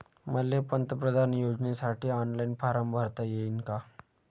मले पंतप्रधान योजनेसाठी ऑनलाईन फारम भरता येईन का?